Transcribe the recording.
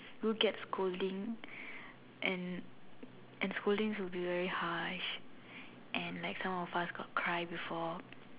we'll get scolding and and scoldings will be very harsh and like some of us got cry before